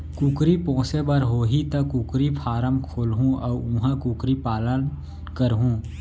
कुकरी पोसे बर होही त कुकरी फारम खोलहूं अउ उहॉं कुकरी पालन करहूँ